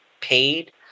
paid